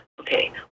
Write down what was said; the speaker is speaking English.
Okay